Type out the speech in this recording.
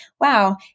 wow